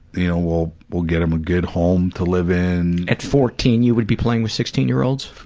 you know, we'll, we'll get him a good home to live in. at fourteen you would be playing with sixteen year olds? ah,